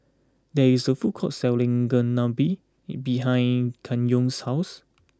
there is a food court selling Chigenabe behind Kenyon's house